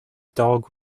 dog